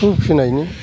खौ फिनायनि